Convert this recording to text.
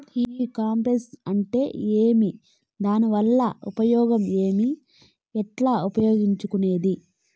ఈ కామర్స్ అంటే ఏమి దానివల్ల ఉపయోగం ఏమి, ఎట్లా ఉపయోగించుకునేది?